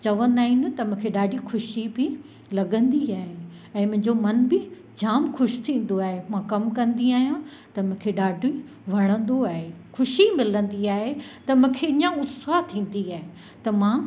चवंदा आहिनि त मूंखे ॾाढी ख़ुशी बि लॻंदी आहे ऐं मुंहिंजो मन बि जाम ख़ुशि थींदो आहे मां कमु कंदी आहियां त मूंखे ॾाढी वणंदो आहे ख़ुशी मिलंदी आहे त मूंखे ईअं उत्साह थींदी आहे त मां